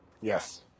Yes